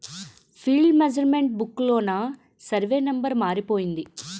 field measurement book లోన survey number మారిపోయింది